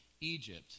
Egypt